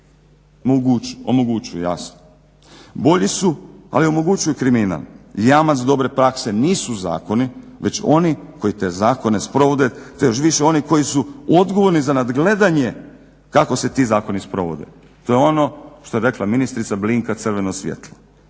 Omogućuju jasno. Bolji su, ali omogućuju kriminal. I jamac dobre prakse nisu zakoni već oni koji te zakone sprovode. To još više oni koji su odgovorni za nadgledanje kako se ti zakoni sprovode. To je ono što je rekla ministrica blinka crveno sredstvo.